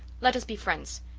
let us be friends.